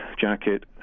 jacket